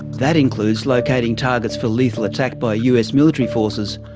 that includes locating targets for lethal attack by us military forces,